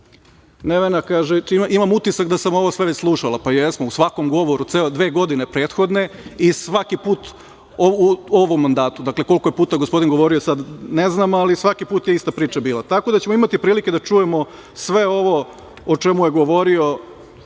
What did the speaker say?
Nevena, kaže, imam utisak da sam sve ovo već slušala. Pa, jesmo, u svakom govoru, dve godine prethodne i svaki put u ovom mandatu. Dakle, koliko je puta gospodin govorio sada ne znam, ali svaki put je ista priča bila. Tako da ćemo imati prilike da čujemo sve ovo o čemu je govorio